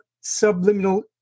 subliminal